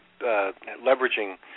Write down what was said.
leveraging